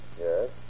Yes